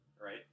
right